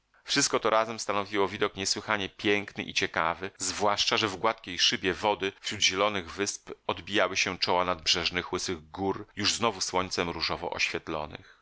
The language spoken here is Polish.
wszystko to razem stanowiło widok niesłychanie piękny i ciekawy zwłaszcza że w gładkiej szybie wody wśród zielonych wysp odbijały się czoła nadbrzeżnych łysych gór już znowu słońcem różowo oświetlonych